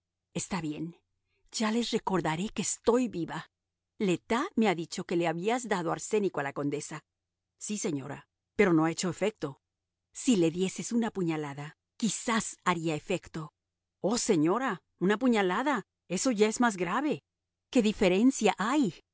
está bien ya les recordaré que estoy viva le tas me ha dicho que le habías dado arsénico a la condesa sí señora pero no ha hecho efecto si le dieses una puñalada quizás haría efecto oh señora una puñalada eso ya es más grave qué diferencia hay